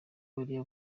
bariya